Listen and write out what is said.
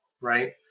right